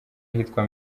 ahitwa